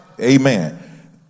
Amen